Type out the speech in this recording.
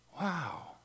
wow